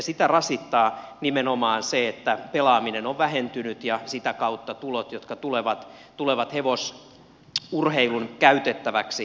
sitä rasittaa nimenomaan se että pelaaminen on vähentynyt ja sitä kautta tulot jotka tulevat hevosurheilun käytettäväksi